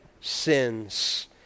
sins